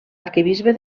arquebisbe